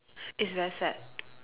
it's very sad